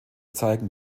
zeugen